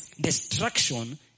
Destruction